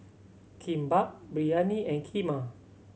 Kimbap Biryani and Kheema